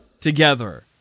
together